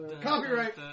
Copyright